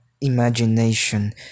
imagination